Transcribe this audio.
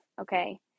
Okay